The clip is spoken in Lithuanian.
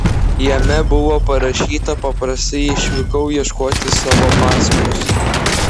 jame buvo parašyta paprastai išvykau ieškoti savo pasakos